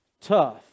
tough